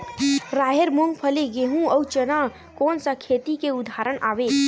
राहेर, मूंगफली, गेहूं, अउ चना कोन सा खेती के उदाहरण आवे?